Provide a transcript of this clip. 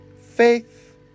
Faith